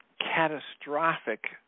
catastrophic